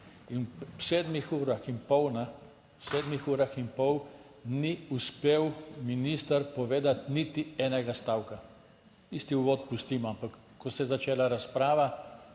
in pol, v 7 urah in pol ni uspel minister povedati niti enega stavka. Tisti uvod pustimo, ampak ko se je začela razprava